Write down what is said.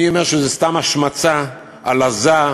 אני אומר שזו סתם השמצה, הלעזה,